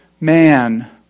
man